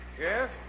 Yes